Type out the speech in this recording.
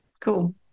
Cool